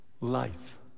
life